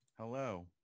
Hello